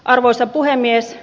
arvoisa puhemies